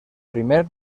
primer